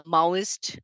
Maoist